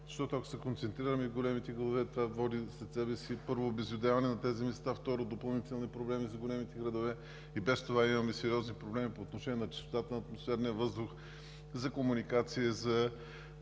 региони. Ако се концентрираме в големите градове, това води след себе си, първо, обезлюдяване на тези места, второ, допълнителни проблеми за големите градове. И без това имаме сериозни проблеми по отношение на чистотата на атмосферния въздух, комуникацията,